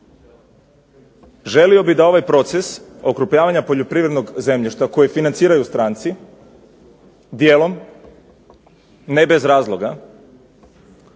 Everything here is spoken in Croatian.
Želio bi da ovaj proces "Okrupljavanja poljoprivrednog zemljišta" koji financiraju stranci, dijelom, ne bez razloga,